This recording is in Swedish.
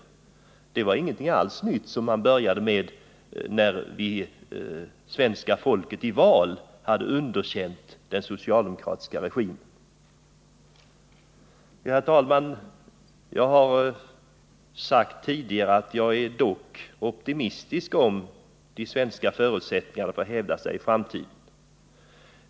Utlandsupplåningen var inte alls något som startade samtidigt med att svenska folket i val hade underkänt den socialdemokratiska regimen. Herr talman! Jag har sagt tidigare att jag dock är optimistisk om de svenska förutsättningarna att hävda sig i framtiden.